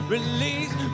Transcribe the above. Release